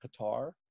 qatar